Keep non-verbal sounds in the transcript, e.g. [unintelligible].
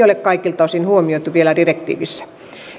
[unintelligible] ole kaikilta osin huomioitu vielä direktiivissä